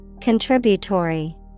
Contributory